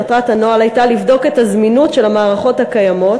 מטרת הנוהל הייתה לבדוק את הזמינות של המערכות הקיימות